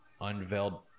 Unveiled